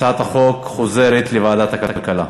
הצעת החוק חוזרת לוועדת הכלכלה.